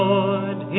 Lord